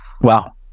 wow